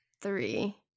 three